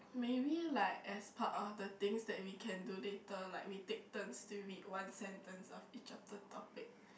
maybe like as part of the things that we can do later like we take turns to read one sentence of each of the topic